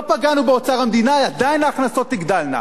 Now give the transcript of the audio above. לא פגענו באוצר המדינה, ועדיין ההכנסות תגדלנה.